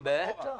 בטח,